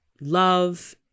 love